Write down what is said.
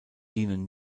dienen